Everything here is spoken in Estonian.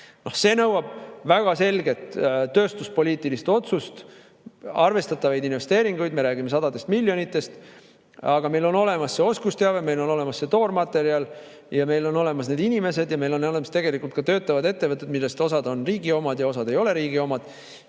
See nõuab väga selget tööstuspoliitilist otsust, arvestatavaid investeeringuid, me räägime sadadest miljonitest. Aga meil on olemas see oskusteave, meil on olemas see toormaterjal ja meil on olemas need inimesed, meil on olemas tegelikult ka töötavad ettevõtted, millest osa on riigi omad ja osa ei ole riigi omad,